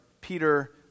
Peter